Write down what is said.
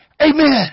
Amen